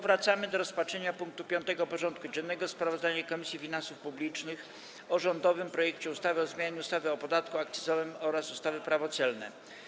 Powracamy do rozpatrzenia punktu 5. porządku dziennego: Sprawozdanie Komisji Finansów Publicznych o rządowym projekcie ustawy o zmianie ustawy o podatku akcyzowym oraz ustawy Prawo celne.